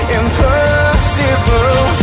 impossible